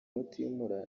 mutimura